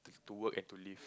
to work and to live